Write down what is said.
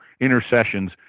intercessions